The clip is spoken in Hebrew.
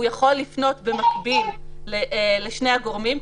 הוא יכול לפנות במקביל לשני הגורמים,